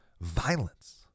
violence